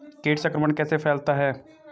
कीट संक्रमण कैसे फैलता है?